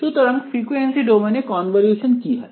সুতরাং ফ্রিকুয়েন্সি ডোমেইনে কনভলিউশন কি হয়